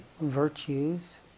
virtues